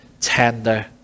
tender